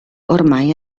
ormai